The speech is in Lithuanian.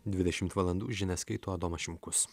dvidešimt valandų žinias skaito adomas šimkus